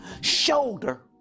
shoulder